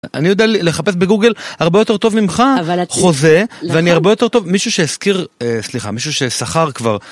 אני יודע לחפש בגוגל הרבה יותר טוב ממך חוזה ואני הרבה יותר טוב מישהו שהזכיר סליחה מישהו ששכר כבר.